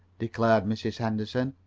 declared mrs. henderson.